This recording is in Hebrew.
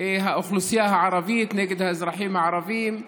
האוכלוסייה הערבית, נגד האזרחים הערבים,